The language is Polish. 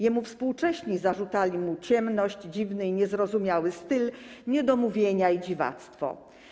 Jemu współcześni zarzucali mu ciemność, dziwny i niezrozumiały styl, niedomówienia i dziwactwo.